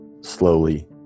slowly